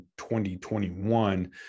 2021